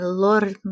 lord